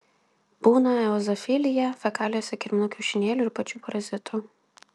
būna eozinofilija fekalijose kirminų kiaušinėlių ir pačių parazitų